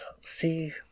see